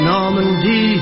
Normandy